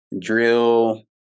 drill